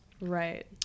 Right